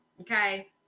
Okay